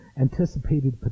anticipated